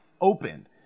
opened